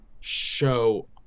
show